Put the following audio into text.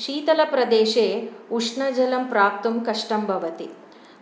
शीतलप्रदेशे उष्णजलं प्राप्तुं कष्टं भवति